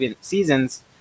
seasons